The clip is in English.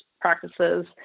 practices